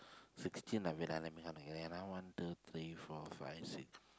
sixteen wait let me count again one two three four five six